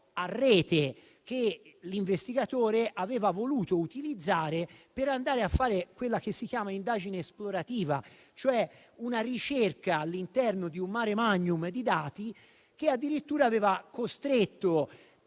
a rete, che l'investigatore aveva voluto utilizzare per andare a fare quella che si chiama indagine esplorativa, cioè una ricerca all'interno di un *mare magnum* di dati. E ciò addirittura aveva costretto